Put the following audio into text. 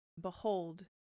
Behold